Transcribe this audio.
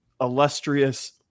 illustrious